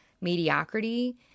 mediocrity